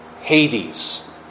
Hades